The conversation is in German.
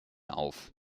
auf